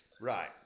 Right